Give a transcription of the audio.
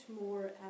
more